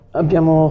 abbiamo